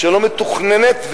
שלא מתוכננת,